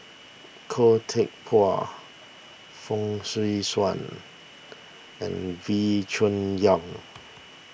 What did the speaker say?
Khoo Teck Puat Fong Swee Suan and Wee Cho Yaw